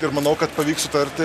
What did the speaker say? ir manau kad pavyks sutarti